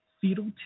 fetal